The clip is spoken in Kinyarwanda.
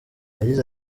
yagize